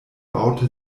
baute